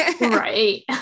Right